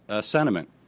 sentiment